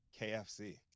KFC